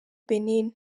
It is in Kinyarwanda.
benin